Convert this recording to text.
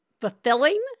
fulfilling